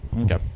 okay